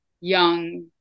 young